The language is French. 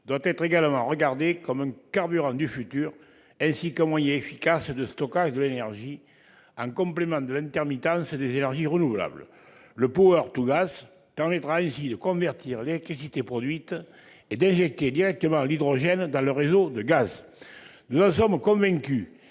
doit être regardé comme un carburant du futur et comme un moyen efficace de stockage de l'énergie, en complément à l'intermittence des énergies renouvelables. Le «» permettra ainsi de convertir l'électricité produite et d'injecter directement l'hydrogène dans le réseau de gaz. Nous en sommes convaincus